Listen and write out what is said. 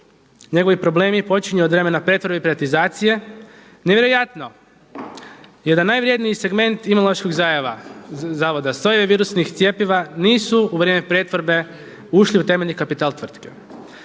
Njegovi problemi počinju od vremena pretvorbe i privatizacije. Nevjerojatno je da najvrijedniji segment Imunološkog zavoda sojevi virusnih cjepiva nisu u vrijeme pretvorbe ušli u temeljni kapital tvrtke.